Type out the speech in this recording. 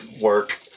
work